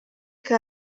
que